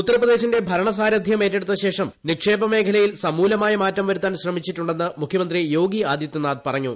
ഉത്തർപ്രദേശിന്റെ ഭരണസാരഥൃം ഏറ്റെടുത്ത ശേഷം നിക്ഷേപകമേഖലയിൽ സമൂലമായ മാറ്റം വരുത്താൻ ശ്രമിച്ചിട്ടുണ്ടെന്ന് മുഖ്യമന്ത്രി യോഗി ആദ്യത്യനാഥ് പറഞ്ഞു